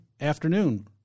afternoon